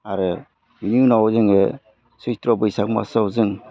आरो बिनि उनाव जोङो सैथ्र' बैसाग मासाव जों